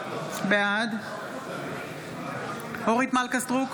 בעד אורית מלכה סטרוק,